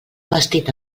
vestit